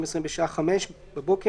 בשעה 5:00,